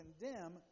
condemn